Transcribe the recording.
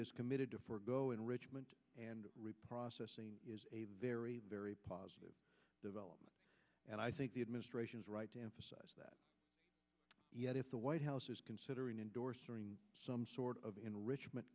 is committed to forego enrichment and reprocessing is a very very positive development and i think the administration is right to emphasize that if the white house is considering endorsing some sort of enrichment